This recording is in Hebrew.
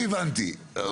אני הבנתי.